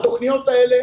התוכניות האלו,